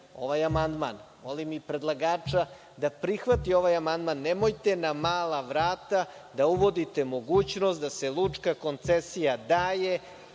ovaj amandman. Molim i predlagača da prihvati ovaj amandman. Nemojte na mala vrata da uvodite mogućnost da se lučka koncesija daje